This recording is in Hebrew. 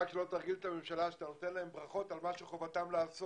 רק אל תרגיל את הממשלה שאתה נותן לה ברכות על מה שחובתה לעשות.